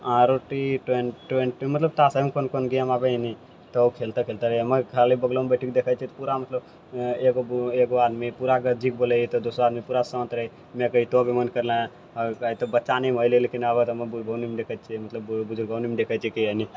आरो T twenty twenty मतलब तासेमे कोन कोन गेम आबै हय नी तऽ ओ खेलते खेलते रहै मगर खाली बगलोमे बैठी कऽ देखै छै तऽ पूरा मतलब अऽ एगो बू एगो आदमी पूरा कऽ जीत बोलै हय तऽ दोसर आदमी पूरा शान्त रहै हय तोभी मन करिले अऽ तु अभी बच्चानी होइ ले लेकिन आबऽ तऽ हम बुढ़बोनी देखै छियै मतलब बुजुर्गोनी देखै छियै एनी